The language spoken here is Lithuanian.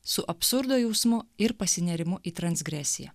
su absurdo jausmu ir pasinėrimu į transgresiją